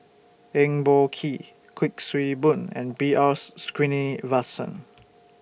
Eng Boh Kee Kuik Swee Boon and B R Sreenivasan